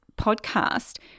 podcast